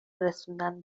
رسوندن